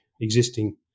Existing